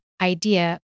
idea